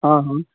हाँ हाँ